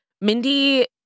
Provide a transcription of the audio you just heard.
Mindy